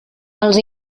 els